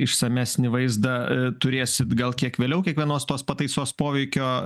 išsamesnį vaizdą turėsit gal kiek vėliau kiekvienos tos pataisos poveikio